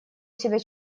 себя